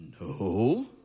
No